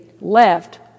left